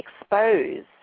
expose